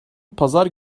pazar